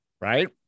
Right